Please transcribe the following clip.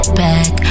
back